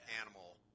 animal